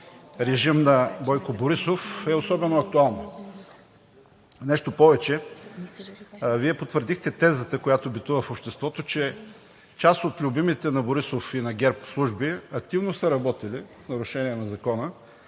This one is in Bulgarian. режим на Бойко Борисов, е особено актуално. Нещо повече – Вие потвърдихте тезата, която битува в обществото, че част от любимите на Борисов и на ГЕРБ служби активно са работили в нарушение на закона